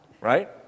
right